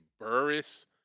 burris